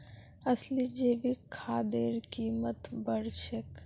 असली जैविक खादेर कीमत बढ़ छेक